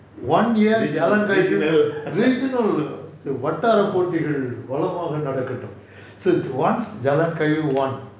one year jalan kayu regional வாட்டார போட்டிகள் வளமாக நடக்கட்டும்:vattaara potigal valamaaga nadakatum so once jalan kayu won